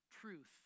truth